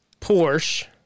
Porsche